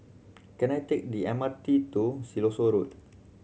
can I take the M R T to Siloso Road